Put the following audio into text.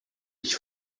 ich